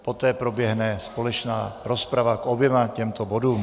Poté proběhne společná rozprava k oběma těmto bodům.